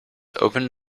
opened